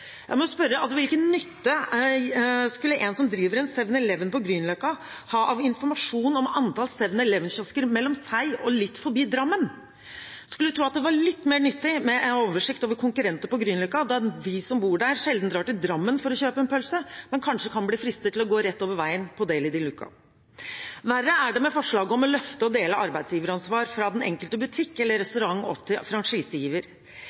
Jeg må spørre: Hvilken nytte skulle en som driver en 7-Eleven på Grünerløkka, ha av informasjon om antall 7-Eleven-kiosker mellom seg og litt forbi Drammen? En skulle tro det var litt mer nyttig med en oversikt over konkurrenter på Grünerløkka, da de som bor der, sjelden drar til Drammen for å kjøpe en pølse, men kanskje kan bli fristet til å gå rett over veien til Deli de Luca. Verre er det med forslaget om å løfte og dele arbeidsgiveransvar fra den enkelte butikk eller